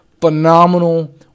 phenomenal